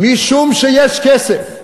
משום שיש כסף,